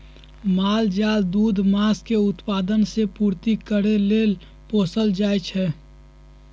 माल जाल दूध, मास के उत्पादन से पूर्ति करे लेल पोसल जाइ छइ